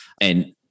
and-